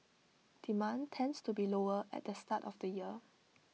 demand tends to be lower at the start of the year